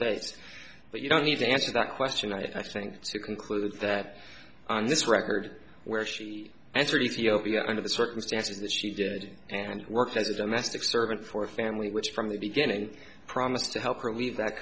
that you don't need to answer that question i think to conclude that on this record where she answered ethiopia under the circumstances that she did and worked as a domestic servant for a family which from the beginning promised to help her leave that